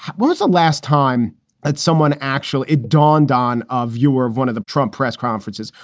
what was the last time that someone actual it dawned on of you were of one of the trump press conferences?